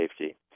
safety